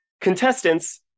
Contestants